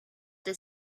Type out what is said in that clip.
that